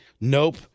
nope